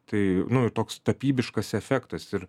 tai nu ir toks tapybiškas efektas ir